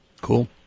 Cool